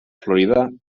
florida